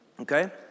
Okay